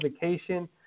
vacation